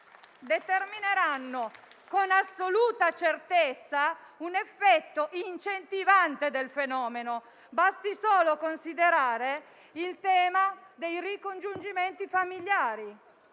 determineranno con assoluta certezza un effetto incentivante del fenomeno. Basti solo considerare il tema dei ricongiungimenti familiari.